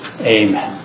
Amen